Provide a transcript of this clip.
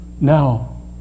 now